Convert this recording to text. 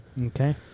Okay